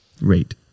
rate